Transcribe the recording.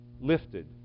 lifted